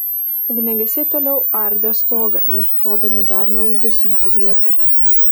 ugniagesiai toliau ardė stogą ieškodami dar neužgesintų vietų